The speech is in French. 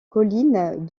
collines